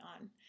on